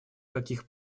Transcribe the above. каких